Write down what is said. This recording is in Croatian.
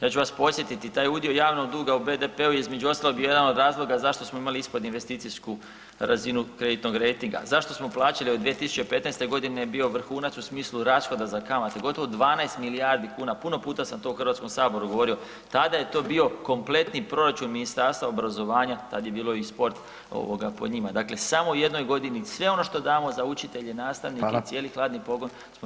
Ja ću vas podsjetiti taj udio javnog duga u BDP-u je između ostalog bio jedan od razloga zašto smo mi imali ispod investicijsku razinu kreditnog rejtinga, zašto smo plaćali od 2015. godine je bio vrhunac u smislu rashoda za kamate, gotovo 12 milijardi kuna, puno puta sam to u Hrvatskom saboru govorio, tada je to bio kompletni proračun Ministarstva obrazovanja, tad je bilo i sport ovoga po njima, dakle samo u jednoj godini sve ono što damo za učitelje, nastavnike i cijeli [[Upadica: Hvala.]] hladni pogon smo dali za kamate.